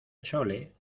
chole